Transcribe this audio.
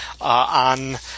on